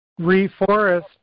reforest